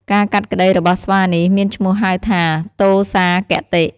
ការកាត់ក្ដីរបស់ស្វានេះ មានឈ្មោះហៅថា ទោសាគតិ។